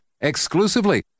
exclusively